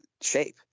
shape